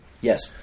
Yes